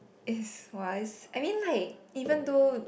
is wise I mean like even though